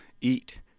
eat